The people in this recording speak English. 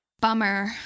Bummer